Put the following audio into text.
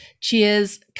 Cheers